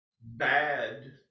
bad